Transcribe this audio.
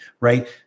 Right